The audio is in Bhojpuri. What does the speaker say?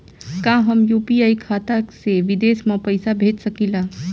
का हम यू.पी.आई खाता से विदेश म पईसा भेज सकिला?